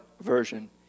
Version